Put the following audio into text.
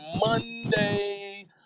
monday